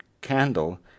candle